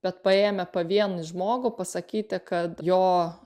bet paėmę pavienį žmogų pasakyti kad jo